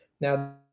Now